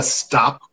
stop